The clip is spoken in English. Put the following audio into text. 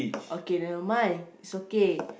okay never mind it's okay